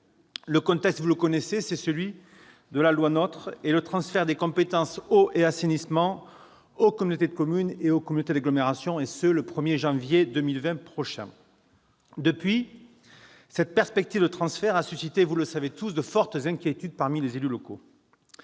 Le contexte, vous le connaissez, c'est celui de la loi NOTRe, avec le transfert des compétences « eau » et « assainissement » aux communautés de communes et aux communautés d'agglomération au 1 janvier 2020. Depuis, cette perspective de transfert a suscité, vous le savez tous, de fortes inquiétudes parmi les élus locaux.